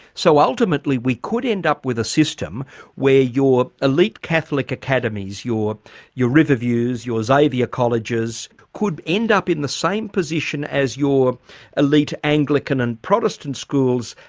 so ultimately we could end up with a system where your elite catholic academies, your your riverviews, your xavier colleges, could end up in the same position as your elite anglican and protestant schools,